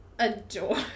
Adore